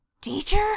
Teacher